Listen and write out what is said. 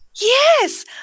Yes